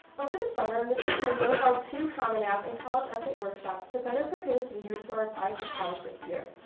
over the summer, mrs. bellito but held two common app and college essay workshops to better prepare seniors who are applying to college this year.